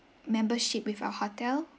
membership with our hotel